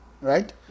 right